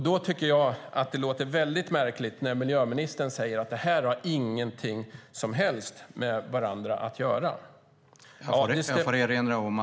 Då tycker jag att det låter väldigt märkligt när miljöministern säger att det här inte har någonting som helst med varandra att göra.